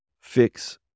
Fix